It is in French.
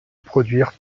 produire